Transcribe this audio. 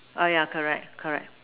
oh yeah correct correct